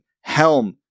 Helm